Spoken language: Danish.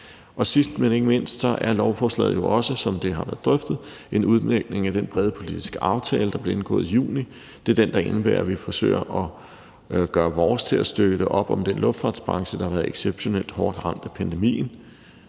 Sidst, men ikke mindst, er lovforslaget, som det har været drøftet, jo også en udmøntning af den brede politiske aftale, der blev indgået i juni, og som indebærer, at vi forsøger at gøre vores til at støtte op om den luftfartsbranche, der har været exceptionelt hårdt ramt af pandemien.